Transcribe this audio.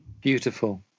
Beautiful